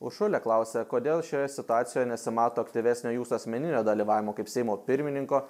uršulė klausia kodėl šioje situacijoje nesimato aktyvesnio jūsų asmeninio dalyvavimo kaip seimo pirmininko